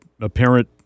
apparent